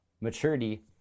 maturity